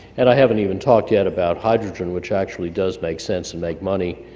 and i haven't even talked yet about hydrogen which actually does make sense and make money